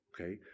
okay